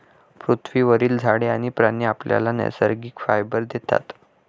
पृथ्वीवरील झाडे आणि प्राणी आपल्याला नैसर्गिक फायबर देतात